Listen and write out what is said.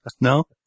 No